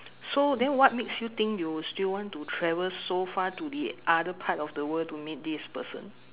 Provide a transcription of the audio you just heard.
so then what makes you think you will still want to travel so far to the other part of the world to meet this person